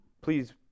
please